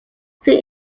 still